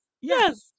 yes